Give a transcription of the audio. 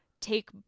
take